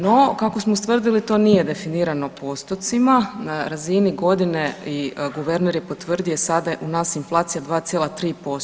No, kako smo ustvrdili to nije definirano postocima na razini godine i guverner je potvrdio sada je u nas inflacija 2,3%